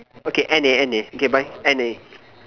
okay any any okay bye any